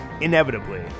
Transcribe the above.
inevitably